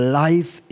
life